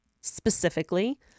specifically